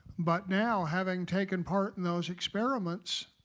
but now having taken part in those experiments